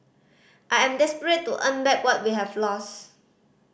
I am desperate to earn back what we have lost